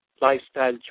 lifestyle